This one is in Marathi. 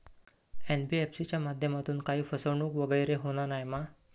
एन.बी.एफ.सी च्या माध्यमातून काही फसवणूक वगैरे होना नाय मा?